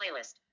Playlist